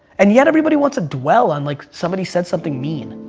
and yet everybody wants to dwell on like somebody said something mean.